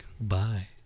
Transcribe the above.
Bye